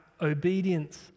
obedience